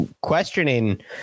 questioning